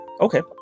Okay